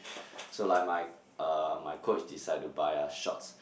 so like my uh my coach decided by us shorts